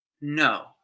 no